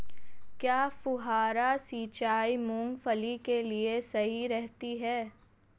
क्या फुहारा सिंचाई मूंगफली के लिए सही रहती है?